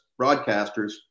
broadcasters